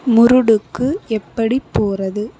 முருடுக்கு எப்படிப் போவது